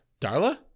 Darla